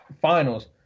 finals